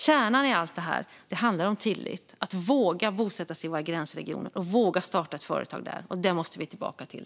Kärnan i allt detta handlar just om tillit, att våga bosätta sig i våra gränsregioner och våga starta ett företag där. Det måste vi hitta tillbaka till.